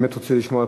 אני באמת רוצה לשמוע,